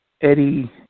Eddie